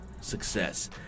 success